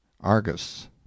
argus